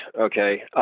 okay